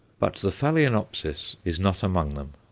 but the phaloenopsis is not among them.